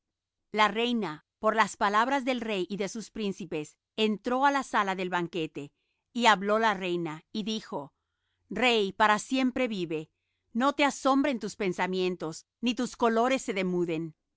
la reina por las palabras del rey y de sus príncipes entró á la sala del banquete y habló la reina y dijo rey para siempre vive no te asombren tus pensamientos ni tus colores se demuden